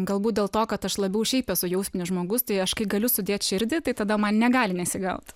galbūt dėl to kad aš labiau šiaip esu jausminis žmogus tai aš kai galiu sudėt širdį tai tada man negali nesigaut